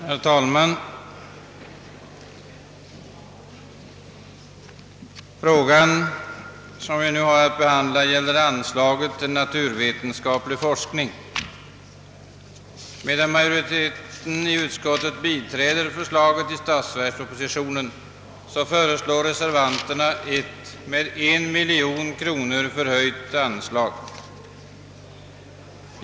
Herr talman! Medan majoriteten i utskottet på denna punkt biträder förslaget i statsverkspropositionen föreslår reservanterna ett med 1 miljon kronor förhöjt anslag.